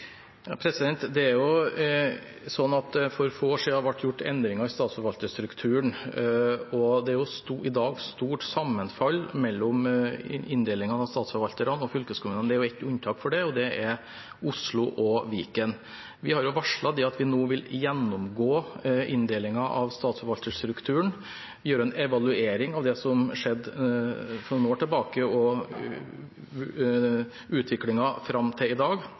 For få år siden ble det gjort endringer i statsforvalterstrukturen, og i dag er det stort sammenfall mellom inndelingen av statsforvalterne og fylkeskommunene. Det er ett unntak for det, og det er Oslo og Viken. Vi har varslet at vi nå vil gjennomgå inndelingen av statsforvalterstrukturen og gjøre en evaluering av det som skjedde for noen år siden, og utviklingen fram til i dag.